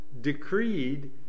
decreed